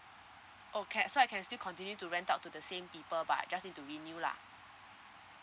oh can so I can still continue to rent out to the same people but I just need to renew lah